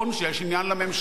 שיש עניין לממשלה,